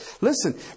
Listen